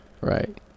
Right